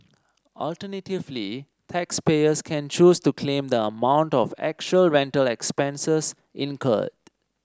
alternatively taxpayers can choose to claim the amount of actual rental expenses incurred